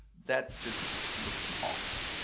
that just looks awful.